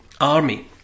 army